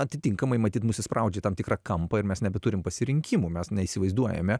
atitinkamai matyt mus įspraudžia į tam tikrą kampą ir mes nebeturim pasirinkimų mes neįsivaizduojame